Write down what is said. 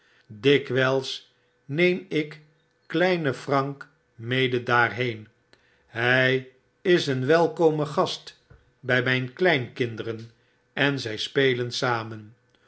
dikwyls neem ik kleine frank mede daarheen hy is een welkome gast by mijn kleinkinderen en zij spelen samen